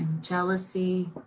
jealousy